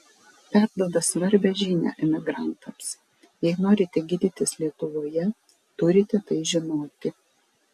perduoda svarbią žinią emigrantams jei norite gydytis lietuvoje turite tai žinoti